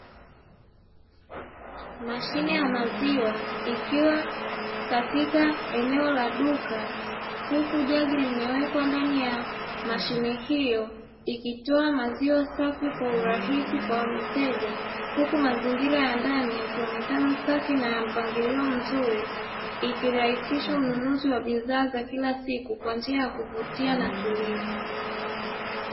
Mashine ya maziwa ikiwa katika eneo la duka, huku jagi limewekwa ndani ya mashine hiyo, ikitoa maziwa safi kwa urahisi kwa mteja; huku mazingira ya ndani yakionekana safi na ya mpangilio mzuri, ikirahisisha ununuzi wa bidhaa za kila siku kwa njia ya kuvutia na tulivu.